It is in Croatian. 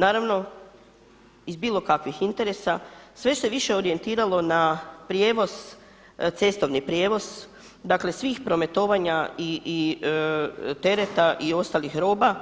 Naravno iz bilo kakvih interesa sve se više orijentiralo na prijevoz, cestovnih prijevoz dakle svih prometovanja i tereta i ostalih roba,